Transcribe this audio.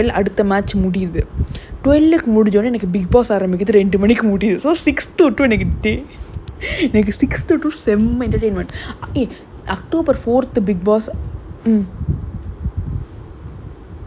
என்ன தெரிமா:enna therimaa problem என்ன ஆகுதுனா:enna aaguthunaa six to ten வந்து ஒரு:vanthu oru cricket match நடக்குது:nadakuthu sorry இல்ல இல்ல:illa illa six to nine ஒன்னு நடக்குது:onnu nadakuthu nine முடிஞ்ச ஒடன:mudinja odana nine to twelve அடுத்த:adutha match முடியுது:mudiyuthu